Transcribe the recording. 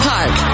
Park